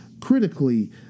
critically